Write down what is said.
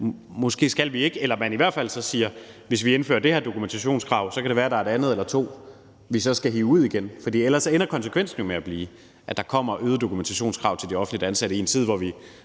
ikke skal gøre det – eller i hvert fald siger, at hvis vi indfører det her dokumentationskrav, kan det være, at der er et andet eller to, vi så skal hive ud igen. For ellers ender konsekvensen jo med at blive, at der kommer øgede dokumentationskrav til de offentligt ansatte i en tid, hvor der